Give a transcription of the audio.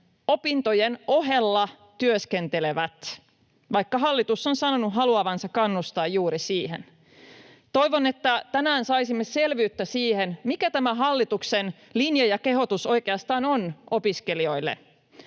opintojen ohella työskentelevät, vaikka hallitus on sanonut haluavansa kannustaa juuri siihen. Toivon, että tänään saisimme selvyyttä siihen, mikä tämä hallituksen linja ja kehotus oikeastaan on opiskelijoille.